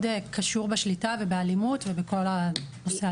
קשור בשליטה ובאלימות ובכל הנושא הזה.